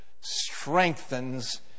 strengthens